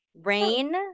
Rain